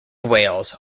wales